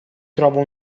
trova